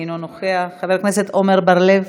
אינו נוכח, חבר הכנסת עמר בר-לב,